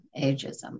ageism